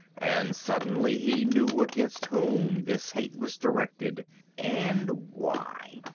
and suddenly he knew against whom this hate was directed and why.